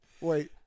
Wait